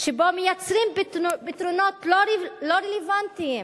שבו מייצרים פתרונות לא רלוונטיים